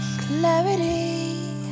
clarity